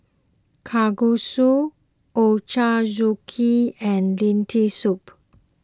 Kalguksu Ochazuke and Lentil Soup